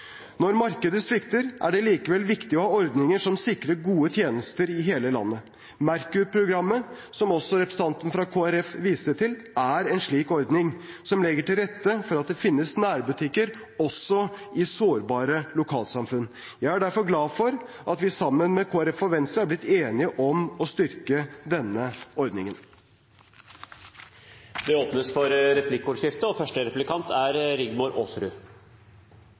Når markedet svikter, er det likevel viktig å ha ordninger som sikrer gode tjenester i hele landet. Merkur-programmet, som også representanten fra Kristelig Folkeparti viste til, er en slik ordning, som legger til rette for at det finnes nærbutikker også i sårbare lokalsamfunn. Jeg er derfor glad for at vi sammen med Kristelig Folkeparti og Venstre har blitt enige om å styrke denne ordningen. Det blir replikkordskifte.